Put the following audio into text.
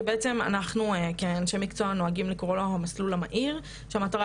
שבעצם אנחנו כאנשי מקצוע נוהגים לקרוא לו "המסלול המהיר" והמטרה